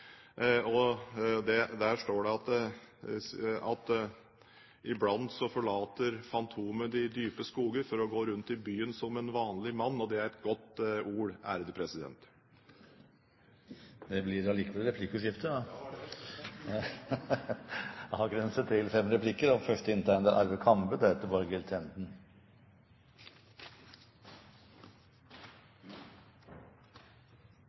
Der står det at iblant forlater Fantomet de dype skoger for å gå rundt i byen som en vanlig mann. Det er et godt ord. Det blir allikevel replikkordskifte. Ja, det var det jeg fryktet. Jeg kan oppfordre finansministeren til